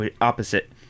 opposite